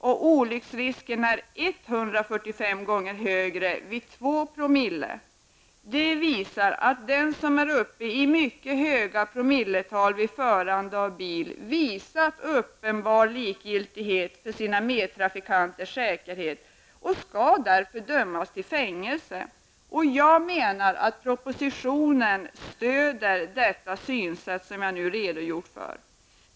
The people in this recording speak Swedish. Och olycksrisken är 145 gånger större vid 2 ". Det visar att den som kör bil med mycket hög halt av alkohol i blodet visat uppenbar likgiltighet för sina medtrafikanters säkerhet och skall därför dömas till fängelse. Jag menar att det synsätt som jag nu redogjort för stöds i propositionen.